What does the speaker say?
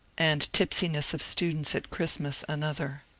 and tipsiness of students at christmas another.